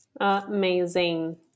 Amazing